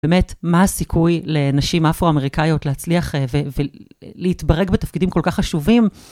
באמת, מה הסיכוי לנשים אפרו-אמריקאיות להצליח ולהתברג בתפקידים כל כך חשובים?